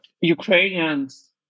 Ukrainians